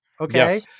Okay